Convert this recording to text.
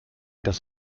das